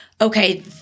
okay